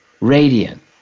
radiant